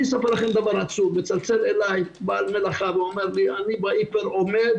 אני אספר לכם דבר עצוב מצלצל אלי בעל מלאכה ואומר לי: אני בהיפר עומד